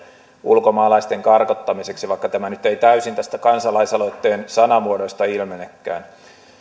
ulkomaalaisten karkottamiseksi vaikka tämä nyt ei täysin tästä kansalaisaloitteen sanamuodoista ilmenekään